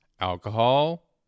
alcohol